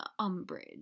Umbridge